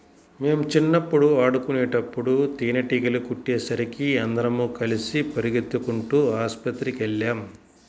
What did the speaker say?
మేం చిన్నప్పుడు ఆడుకునేటప్పుడు తేనీగలు కుట్టేసరికి అందరం కలిసి పెరిగెత్తుకుంటూ ఆస్పత్రికెళ్ళాం